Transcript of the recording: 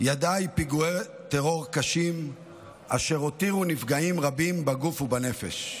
ידעה פיגועי טרור קשים אשר הותירו נפגעים רבים בגוף ובנפש.